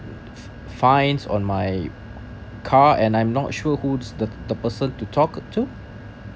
fine on my car and I'm not sure who's the the person to talk uh to